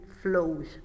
Flows